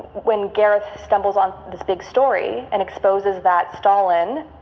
when gareth stumbles on this big story and exposes that stalin,